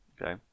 okay